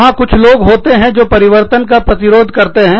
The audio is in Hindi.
वहां कुछ लोग होते हैं जो परिवर्तन का प्रतिरोध करते हैं